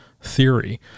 theory